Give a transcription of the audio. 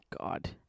God